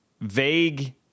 vague